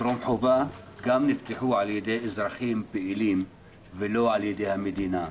בטרום חובה גם נפתחו על ידי אזרחים פעילים ולא על ידי המדינה.